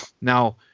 now